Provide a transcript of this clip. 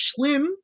schlim